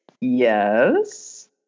yes